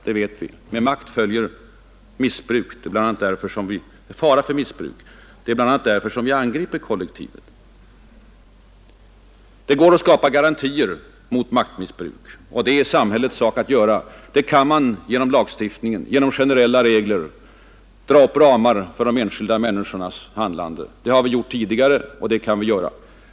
Vi vet att med makt följer fara för missbruk, och det är bl.a. därför som vi angriper kollektivet. Det går att skapa garantier mot maktmissbruk, och det är samhällets sak att göra det. Man kan genom generella regler i lagstiftningen dra upp ramar för de enskilda människornas handlande. Det har vi gjort tidigare.